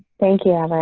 thank you.